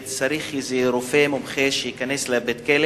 צריך איזה רופא מומחה שייכנס לבית-הכלא